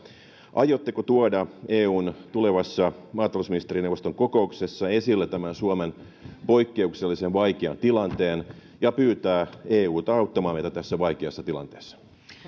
aiotteko tuoda eun tulevassa maatalousministerineuvoston kokouksessa esille suomen poikkeuksellisen vaikean tilanteen ja pyytää euta auttamaan meitä tässä vaikeassa tilanteessa